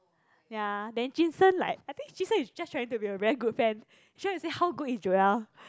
ya then jun sheng like I think jun sheng is just trying to be a very good friend he's trying to say how good is Joel